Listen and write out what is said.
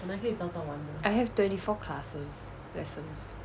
I have twenty four classes lesson